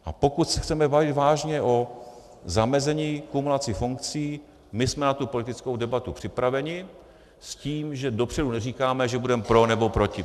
A pokud se chceme bavit vážně o zamezení kumulací funkcí, my jsme na tu politickou debatu připraveni s tím, že dopředu neříkáme, že budeme pro, nebo proti.